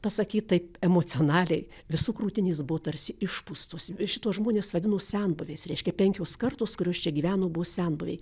pasakyt taip emocionaliai visų krūtinės buvo tarsi išpūstos šituos žmones vadino senbuviais reiškia penkios kartos kurios čia gyveno buvo senbuviai